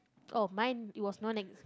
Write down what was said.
oh mine it was non